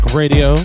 radio